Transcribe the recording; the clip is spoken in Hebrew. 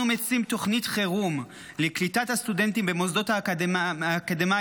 אנחנו מציעים תוכנית חירום לקליטת הסטודנטים במוסדות האקדמיים